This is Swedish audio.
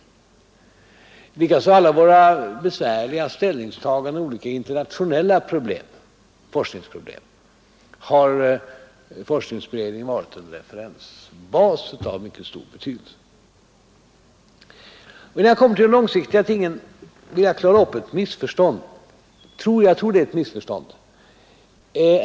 Likaså har forskningsberedningen när det gäller alla våra besvärliga ställningstaganden i olika internationella forskningsproblem varit en referensbas av mycket stor betydelse. Innan jag kommer in på de långsiktiga perspektiven vill jag klara upp något som jag tror är ett missförstånd.